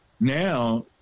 now